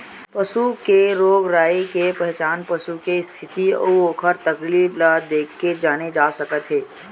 पसू के रोग राई के पहचान पसू के इस्थिति अउ ओखर तकलीफ ल देखके जाने जा सकत हे